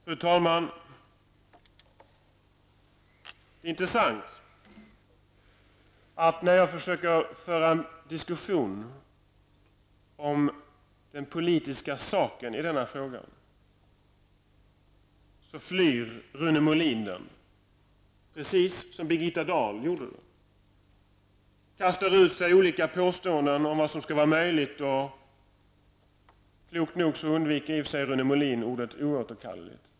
Fru talman! Det är intressant att när jag försöker föra en diskussion om den politiska saken i denna fråga flyr Rune Molin precis som Birgitta Dahl gjorde. Han kastar ur sig olika påståenden om vad som skulle kunna vara möjligt. Klokt nog undviker Rune Molin ordet ”oåterkalleligt”.